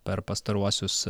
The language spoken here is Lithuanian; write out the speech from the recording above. per pastaruosius